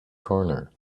corner